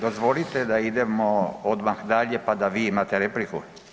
Dozvolite da idemo odmah dalje, pa da vi imate repliku?